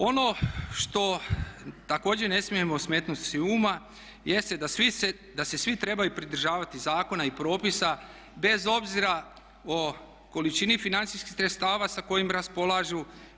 Ono što također ne smijemo smetnuti sa uma jeste da se svi trebaju pridržavati zakona i propisa bez obzira o količini financijskih sredstava sa kojim raspolažu.